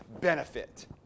benefit